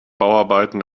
bauarbeiten